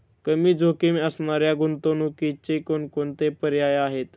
कमी जोखीम असणाऱ्या गुंतवणुकीचे कोणकोणते पर्याय आहे?